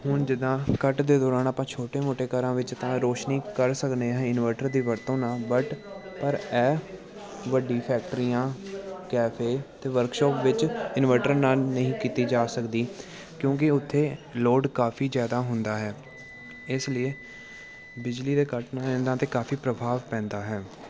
ਹੁਣ ਜਿਦਾਂ ਕੱਟ ਦੇ ਦੌਰਾਨ ਆਪਾਂ ਛੋਟੇ ਮੋਟੇ ਘਰਾਂ ਵਿੱਚ ਤਾਂ ਰੋਸ਼ਨੀ ਕਰ ਸਕਦੇ ਹਾਂ ਇਨਵਰਟਰ ਦੀ ਵਰਤੋਂ ਨਾਲ ਬਟ ਪਰ ਇਹ ਵੱਡੀ ਫੈਕਟਰੀਆਂ ਕੈਫੇ 'ਤੇ ਵਰਕਸ਼ੋਪ ਵਿੱਚ ਇਨਵਰਟਰ ਨਾਲ ਨਹੀਂ ਕੀਤੀ ਜਾ ਸਕਦੀ ਕਿਉਂਕਿ ਉੱਥੇ ਲੋਡ ਕਾਫ਼ੀ ਜ਼ਿਆਦਾ ਹੁੰਦਾ ਹੈ ਇਸ ਲਈ ਬਿਜਲੀ ਦੇ ਕੱਟ ਨਾਲ ਇਹਨਾਂ 'ਤੇ ਕਾਫ਼ੀ ਪ੍ਰਭਾਵ ਪੈਂਦਾ ਹੈ